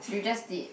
you just did